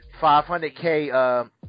500k